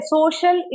Social